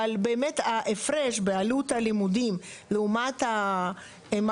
אבל באמת ההפרש בעלות הלימודים לעומת מה